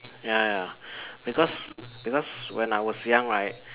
ya ya because because when I was young right